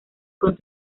con